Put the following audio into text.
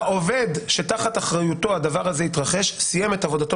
העובד שתחת אחריותו הדבר הזה התרחש סיים את עבודתו